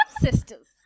Sisters